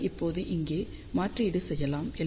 அதை இப்போது இங்கே மாற்றீடு செய்யலாம்